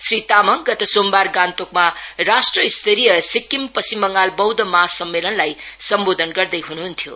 श्री तामाङ गत सोमबार गान्तोकमा राष्ट्रस्तरीय सिक्किम पश्चिम बङ्गाल बौद्ध महासम्मेलनलाई सम्बोधन गर्दै हुनुहुन्थ्यो